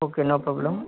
okay no problem